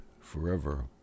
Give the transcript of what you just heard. forever